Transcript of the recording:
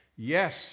Yes